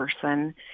person